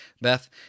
Beth